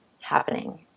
happening